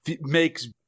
makes